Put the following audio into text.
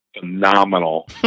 phenomenal